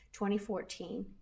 2014